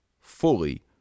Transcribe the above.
fully